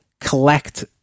collect